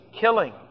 killing